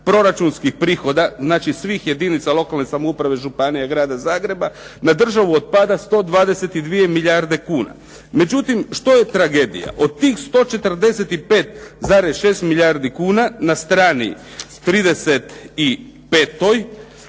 proračunskih prihoda, znači svih jedinica lokalne samouprave, županija, grada Zagreba, na državu otpada 122 milijarde kuna. Međutim, što je tragedija od tih 145,6 milijardi kuna na strani 35-oj